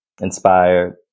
inspired